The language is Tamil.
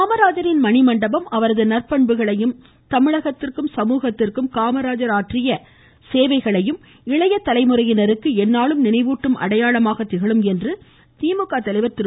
காமராஜரின் மணிமண்டபம் அவரது நற்பண்புகளையும் தமிழகத்திற்கும் சமூகத்திற்கும் அவர் ஆற்றிய நற்பணிகளையும் இளைய தலைமுறையினருக்கு எந்நாளும் நினைவூட்டும் அடையாளமாக திகழும் என்று திமுக தலைவா் திரு